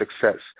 success